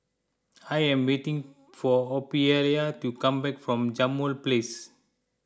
I am waiting for Ophelia to come back from Jambol Place